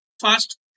fast